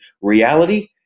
reality